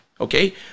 okay